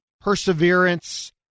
perseverance